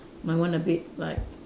my one a bit like